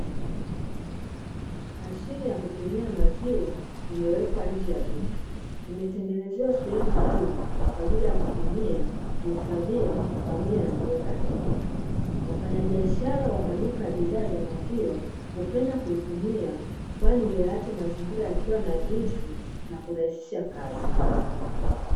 Mashine ya kupimia maziwa imewekwa nje ya duka, imetengenezewa sehemu maalumu kwa ajili ya kupimia, kuhifadhia, pamoja na kuweka hela. Wafanyabiashara wa maduka ya bidhaa za maziwa hupenda kuitumia, kwani huyaacha mazingira yakiwa nadhifu, na kurahisisha kazi.